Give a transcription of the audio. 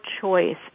choice